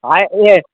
है ए